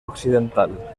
occidental